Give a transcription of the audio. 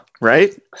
right